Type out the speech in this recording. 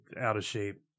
out-of-shape